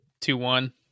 two-one